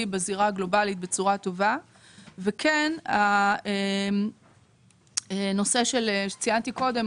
בזירה הגלובאלית בצורה הטובה וכן הנושא שציינתי קודם,